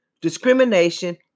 discrimination